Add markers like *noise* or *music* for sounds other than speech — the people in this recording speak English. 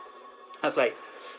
I was like *breath*